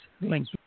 link